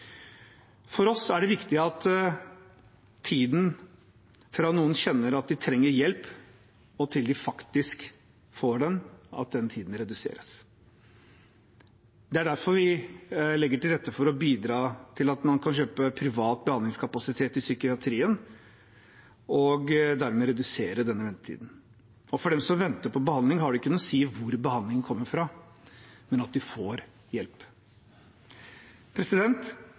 For oss er det viktig at tiden fra noen kjenner at de trenger hjelp, til de faktisk får den, reduseres. Det er derfor vi legger til rette for å bidra til at man kan kjøpe privat behandlingskapasitet i psykiatrien og dermed redusere denne tiden. For dem som venter på behandling, har det ikke noe å si hvor behandlingen kommer fra, men at de får